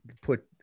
put